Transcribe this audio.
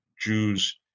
Jews